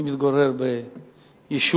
אני מתגורר ביישוב